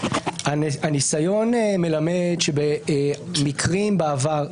הניסיון מלמד שבמקרים בעבר,